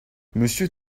monsieur